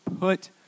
put